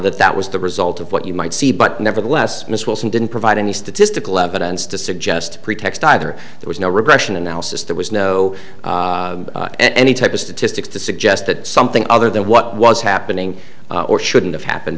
that that was the result of what you might see but nevertheless miss wilson didn't provide any statistical evidence to suggest a pretext either there was no regression analysis there was no any type of statistics to suggest that something other than what was happening or shouldn't have happened